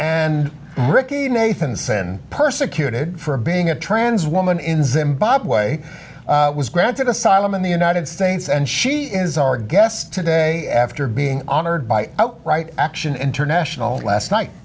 and persecuted for being a trans woman in zimbabwe was granted asylum in the united states and she is our guest today after being honored by right action international last night